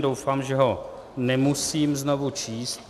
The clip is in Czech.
Doufám, že ho nemusím znovu číst.